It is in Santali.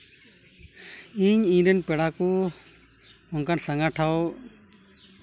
ᱤᱧ ᱤᱧᱨᱮᱱ ᱯᱮᱲᱟ ᱠᱚ ᱚᱱᱠᱟᱱ ᱥᱟᱸᱜᱮ ᱴᱷᱟᱶ